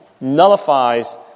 nullifies